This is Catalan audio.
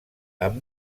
amb